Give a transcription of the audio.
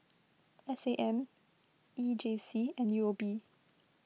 S A M E J C and U O B